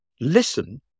listen